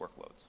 workloads